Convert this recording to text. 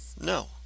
No